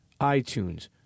iTunes